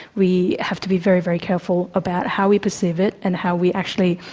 we have to be very, very careful about how we perceive it and how we actually,